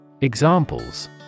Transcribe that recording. Examples